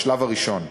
בשלב הראשון.